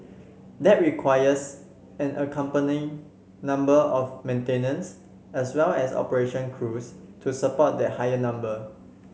that requires an accompanying number of maintenance as well as operation crews to support that higher number